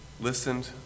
listened